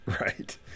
Right